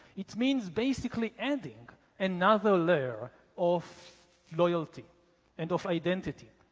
it means basically adding another layer of loyalty and of identity.